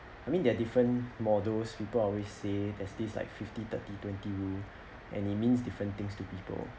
I mean they're different models people always say there's this like fifteen thirty twenty rule and it means different things to people